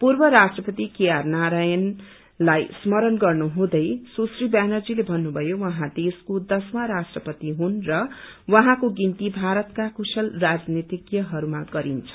पूर्व राष्ट्रपति केआर नारायणलाई स्मरण गर्नुहुँदै सुश्री व्यानर्जीले भन्नुभयो उहाँ देशको दश वा ग्रपति हुन् र उहाँको गिन्ती भारतका कुशल राजनीतिज्ञहरूमा गरिन्छ